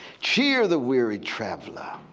cheer the weary traveler,